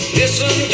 listen